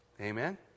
Amen